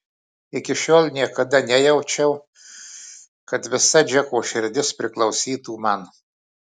iki šiol niekada nejaučiau kad visa džeko širdis priklausytų man